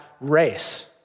race